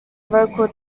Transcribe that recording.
vocal